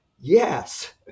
Yes